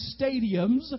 stadiums